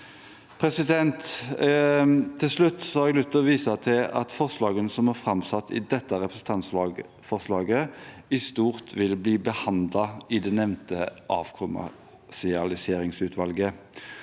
Til slutt har jeg lyst til å vise til at forslagene som er framsatt i dette representantforslaget, i stort vil bli behandlet i det nevnte avkommersialiseringsutvalget.